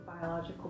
biological